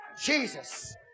Jesus